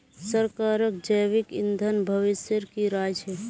सरकारक जैविक ईंधन भविष्येर की राय छ